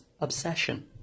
obsession